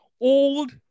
old